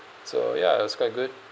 so ya it was quite good